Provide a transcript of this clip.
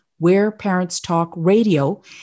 WhereParentsTalkRadio